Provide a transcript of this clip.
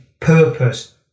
purpose